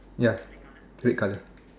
ya red color